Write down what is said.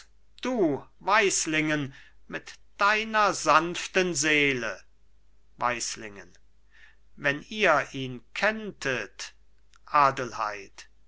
du weislingen mit deiner sanften seele weislingen wenn ihr ihn kenntet adelheid